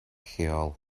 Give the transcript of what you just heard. lleol